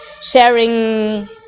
sharing